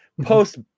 Post